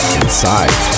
inside